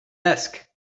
desk